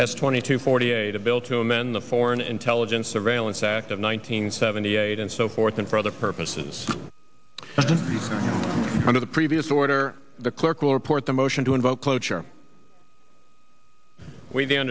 that's twenty two forty eight a bill to amend the foreign intelligence surveillance act of nineteen seventy eight and so forth and for other purposes under the previous order the clerk will report the motion to invoke cloture w